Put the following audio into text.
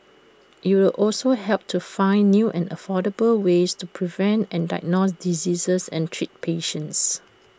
IT will also help to find new and affordable ways to prevent and diagnose diseases and treat patients